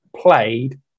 played